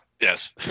Yes